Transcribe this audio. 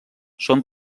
són